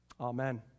Amen